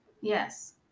Yes